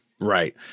Right